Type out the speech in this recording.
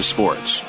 Sports